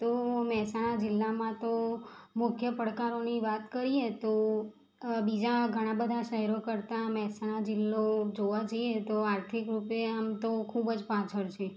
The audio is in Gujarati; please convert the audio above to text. તો મહેસાણા જિલ્લામાં તો મુખ્ય પડકારોની વાત કરીએ તો અ બીજા ઘણા બધા શહેરો કરતાં મહેસાણા જિલ્લો જોવા જઈએ તો આર્થિક રૂપે આમ તો ખૂબ જ પાછળ છે